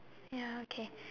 ya okay